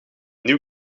nieuw